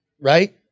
right